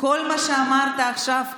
כל מה שאמרת עכשיו כאן,